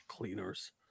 cleaners